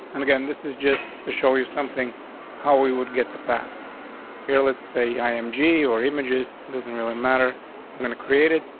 and again, this is just to show you something how we would get the path here. let's say i am g or images doesn't really matter going to create it.